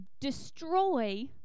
destroy